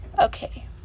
Okay